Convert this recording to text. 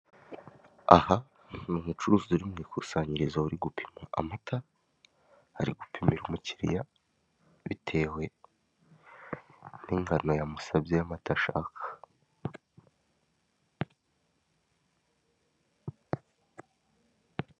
Aha ni umucuruzi uri mu ikusanyirizo uri gupima amata hari gupimirwa umukiriya bitewe n'ingano yamusabye ayo ashaka.